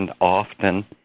often